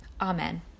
Amen